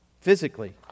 physically